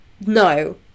no